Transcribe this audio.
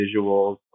visuals